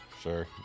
Sure